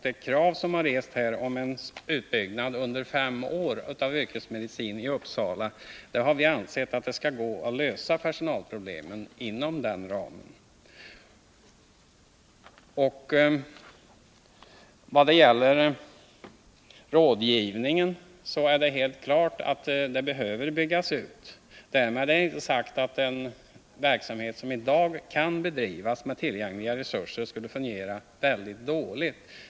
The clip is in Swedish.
Det krav som har rests här om en utbyggnad under fem år av en yrkesmedicinsk regionklinik i Uppsala har vi ansett att det skall gå att infria, och vi tror att personalproblemen skall kunna lösas inom den ramen. Vad gäller rådgivningsverksamheten är det helt klart att denna behöver byggas ut — därmed inte sagt att den verksamhet som i dag kan bedrivas med tillgängliga resurser skulle fungera väldigt dåligt.